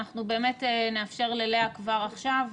אנחנו נאפשר ללאה כבר עכשיו.